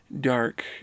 dark